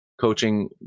coaching